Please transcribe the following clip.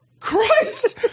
Christ